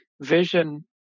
Vision